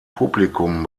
publikum